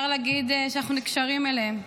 אפשר להגיד שאנחנו נקשרים אליהן.